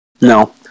No